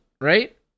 right